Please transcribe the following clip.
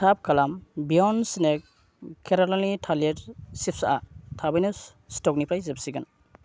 थाब खालाम बियन स्नेक केरेलानि थालिर सिप्सआ थाबैनो स्टक'निफ्राय जोबसिगोन